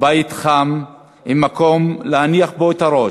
בית חם עם מקום להניח בו את הראש.